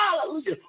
hallelujah